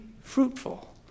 fruitful